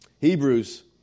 Hebrews